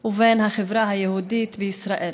ובין החברה היהודית בישראל,